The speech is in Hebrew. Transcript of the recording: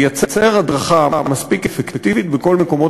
לייצר הדרכה מספיק אפקטיבית בכל מקומות